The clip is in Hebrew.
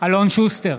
אלון שוסטר,